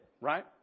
right